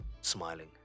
smiling